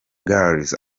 girls